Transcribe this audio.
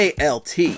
ALT